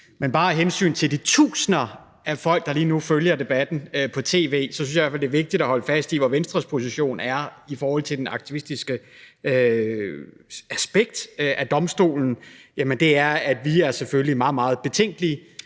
men bare af hensyn til de tusinder af folk, der lige nu følger debatten på tv, synes jeg i hvert fald, det er vigtigt at holde fast i, hvor Venstres position er i forhold til det aktivistiske aspekt af domstolen, og det er selvfølgelig, at vi er meget, meget betænkelige